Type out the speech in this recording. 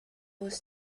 was